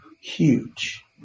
huge